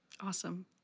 awesome